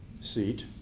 seat